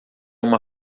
uma